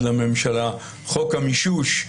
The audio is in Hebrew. חוק המישוש.